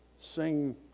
Sing